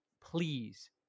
Please